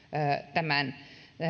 tämän